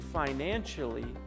financially